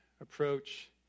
approach